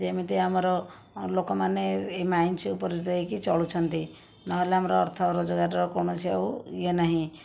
ଯେମିତି ଆମର ଲୋକମାନେ ଏହି ମାଇନ୍ସ ଉପର ଦେଇକି ଚଳୁଛନ୍ତି ନହେଲେ ଆମର ଅର୍ଥ ରୋଜଗାରର କୌଣସି ଆଉ ଇଏ ନାହିଁ